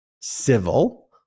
civil